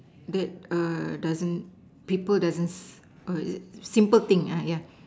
that err doesn't people doesn't s~ err is it simple thing ah yeah